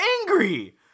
angry